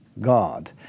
God